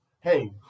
Hey